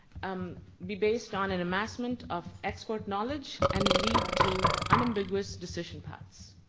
um be based on an amassment of expert knowledge, and lead to unambiguous decision paths.